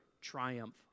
triumph